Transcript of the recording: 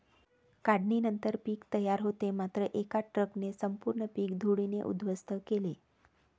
काढणीनंतर पीक तयार होते मात्र एका ट्रकने संपूर्ण पीक धुळीने उद्ध्वस्त केले